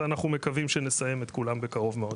ואנחנו מקווים שנסיים את כולם בקרוב מאוד.